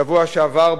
בשבוע שעבר,